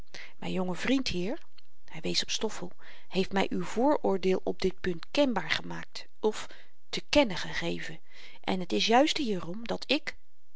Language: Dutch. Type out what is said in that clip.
myn jonge vriend hier hy wees op stoffel heeft my uw vooroordeel op dit punt kenbaar gemaakt of te kennen gegeven en het is juist hierom dat ik